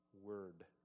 word